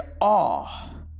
awe